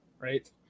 right